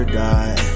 die